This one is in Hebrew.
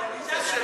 על מה אתה מדברת?